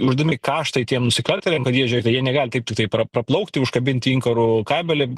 uždami kaštai tiem nusikaltėliam kad jie žiūrėkit jie negali taip tiktai pra praplaukti užkabinti inkaru kabelį